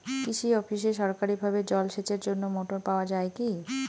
কৃষি অফিসে সরকারিভাবে জল সেচের জন্য মোটর পাওয়া যায় কি?